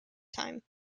time